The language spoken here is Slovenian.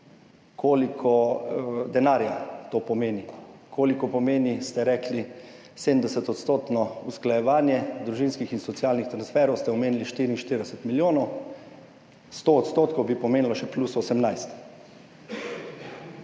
koliko denarja to pomeni, koliko pomeni, ste rekli, 70-odstotno usklajevanje družinskih in socialnih transferjev, omenili ste 44 milijonov, 100 % bi pomenilo še plus 18.